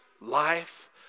life